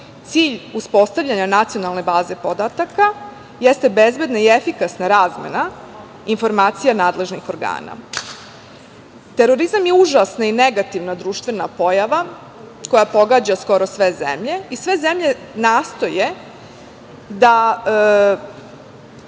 EU.Cilj uspostavljanja nacionalne baze podataka jeste bezbedna i efikasna razmena informacija nadležnih organa. Terorizam je užasna i negativna društvena pojava koja pogađa skoro sve zemlje i sve zemlje nastoje da